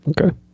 Okay